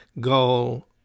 goal